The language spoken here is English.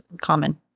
common